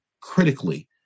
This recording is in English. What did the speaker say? critically